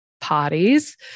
parties